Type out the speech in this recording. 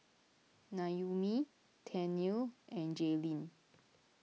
Noemi Tennille and Jaylyn